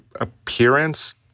appearance